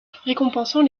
récompensant